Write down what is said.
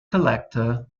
collector